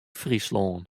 fryslân